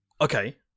Okay